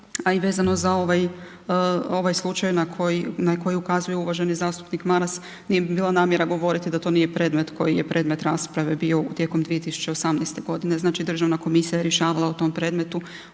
a i vezano za ovaj slučaj na koji ukazuje uvaženi zastupnik Maras nije mi bila namjera govoriti da to nije predmet koji je predmet rasprave bio tijekom 2018. Znači državna komisija je rješavala o tom predmetu